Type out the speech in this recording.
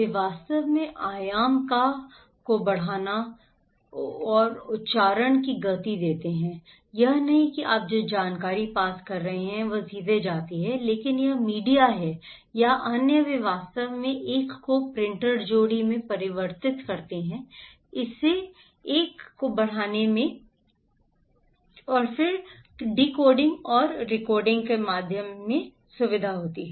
वे वास्तव में आयाम को बढ़ाना बढ़ाना और उच्चारण को गति देते हैं यह नहीं है कि आप जो जानकारी पास करते हैं वह सीधे जाती है लेकिन यह मीडिया है या अन्य वे वास्तव में इस एक को प्रिंटर जोड़ी में परिवर्तित करते हैं इस एक को बढ़ाते हैं इस एक को बढ़ाते हैं और फिर यह डिकोडिंग और रीकोडिंग के माध्यम से आता है